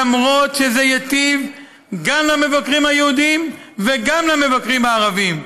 למרות העובדה שזה ייטיב גם עם המבקרים היהודים וגם עם המבקרים הערבים.